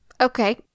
Okay